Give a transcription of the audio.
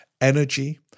energy